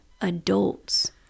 adults